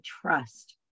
trust